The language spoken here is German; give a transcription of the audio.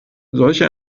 solche